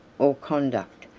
or conduct,